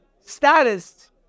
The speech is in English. status